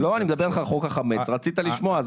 אני מדבר איתך על חוק החמץ - רצית לשמוע,